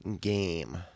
game